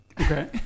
Okay